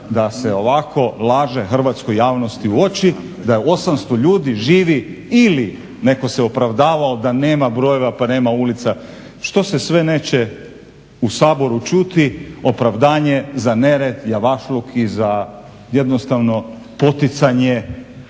da se ovako laže hrvatskoj javnosti u oči da 800 ljudi živi ili netko se opravdavao da nema brojeva pa nema ulica. Što se sve neće u Saboru čuti opravdanje za nered, javašluk i za jednostavno poticanje